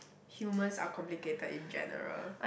humans are complicated in general